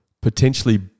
potentially